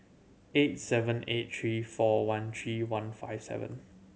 eight seven eight three four one three one five seven